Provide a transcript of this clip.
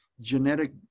genetic